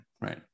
right